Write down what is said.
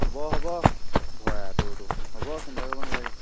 হ'ব হ'ব ভয়াতুৰটো হ'ব চিন্তা কৰিব নেলাগে